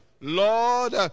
Lord